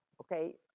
okay,